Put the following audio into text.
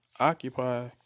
occupy